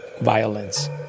violence